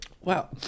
Wow